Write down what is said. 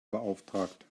beauftragt